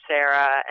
Sarah